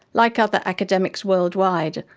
like other academics worldwide,